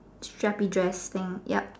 strappy dress thing yup